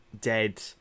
dead